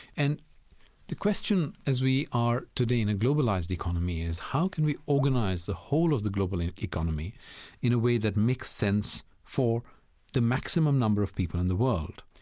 and the question, as we are today in a globalized economy, is how can we organize the whole of the global economy in a way that makes sense for the maximum number of people in the world?